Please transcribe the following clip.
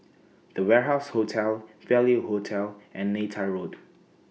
The Warehouse Hotel Value Hotel and Neythai Road